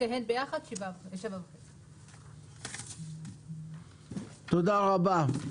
שתיהן ביחד 7.5%. תודה רבה.